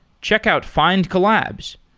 check out findcollabs.